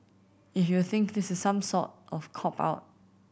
if you think this is some sort of cop out